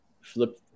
flip